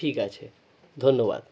ঠিক আছে ধন্যবাদ